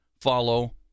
follow